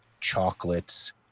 chocolates